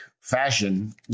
fashion